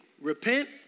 repent